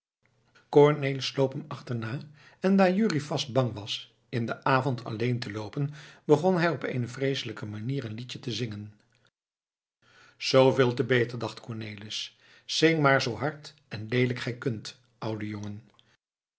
hem achterna en daar jurrie vast bang was in den avond alleen te loopen begon hij op eene vreeselijke manier een liedje te zingen zooveel te beter dacht cornelis zing maar zoo hard en leelijk gij kunt oude jongen